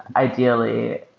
ideally,